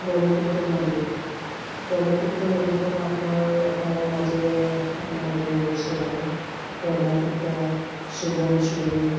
ব্ৰহ্মপুত্ৰ নদী ব্ৰহ্মপুত্ৰ নদীখন আপোনাৰ অসমৰ মাজেৰে আপোনাৰ বৈ গৈছে হয় ব্ৰহ্মপুত্ৰ শোৱণশিৰী